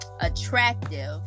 attractive